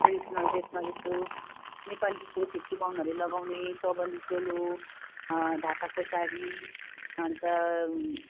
traditional ड्रेसमा जस्तो नेपालीको छेत्री बाहुनहरूले लगाउने चौबन्दी चोलो ढाकाको साडी अन्त